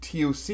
TOC